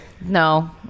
No